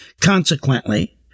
Consequently